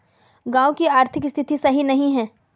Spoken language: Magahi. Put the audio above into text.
गाँव की आर्थिक स्थिति सही नहीं है?